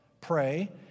Pray